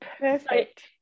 Perfect